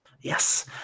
Yes